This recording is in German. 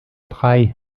drei